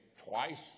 twice